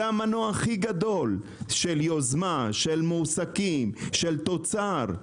זה המנוע הכי גדול של יוזמה, של מועסקים, של תוצר.